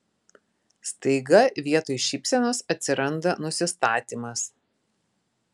staiga vietoj šypsenos atsiranda nusistatymas